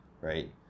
right